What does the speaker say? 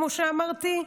כמו שאמרתי,